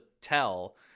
tell